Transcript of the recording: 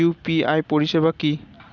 UPI পরিষেবা কি?